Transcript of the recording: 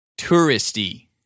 Touristy